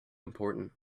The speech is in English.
important